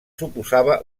suposava